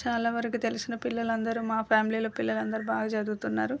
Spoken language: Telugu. చాలా వరకు తెలిసిన పిల్లలందరు మా ఫ్యామిలీలో పిల్లలందరూ బాగా చదువుతున్నారు